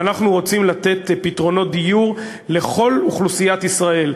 ואנחנו רוצים לתת פתרונות דיור לכל אוכלוסיית ישראל,